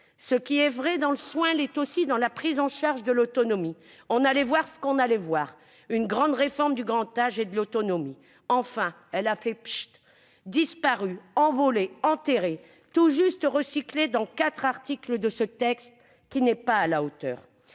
Ce qui est vrai dans le soin l'est aussi dans la prise en charge de l'autonomie. On allait voir ce qu'on allait voir : enfin une grande réforme du grand âge et de l'autonomie ! Elle a fait « pschitt !», disparue, envolée, tout juste recyclée dans quatre articles de ce texte. Ce n'est pas à la hauteur.